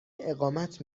اقامت